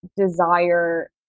desire